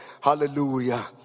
hallelujah